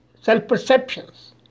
self-perceptions